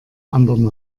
anderen